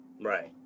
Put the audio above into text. Right